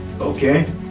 okay